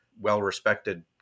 well-respected